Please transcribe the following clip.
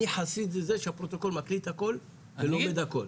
אני חסיד זה שהפרוטוקול מקליט הכל ולומד הכל.